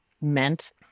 meant